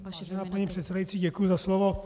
Vážená paní předsedají, děkuji za slovo.